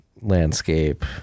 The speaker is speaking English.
landscape